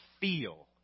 feel